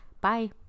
Bye